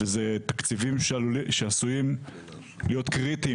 וזה תקציבים שעשויים להיות קריטיים.